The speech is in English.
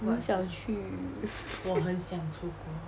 我很想去